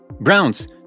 Browns